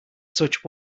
such